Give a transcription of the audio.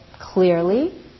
clearly